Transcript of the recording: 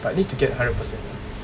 but need to get hundred percent ah